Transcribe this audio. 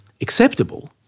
acceptable